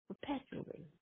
perpetually